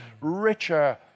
richer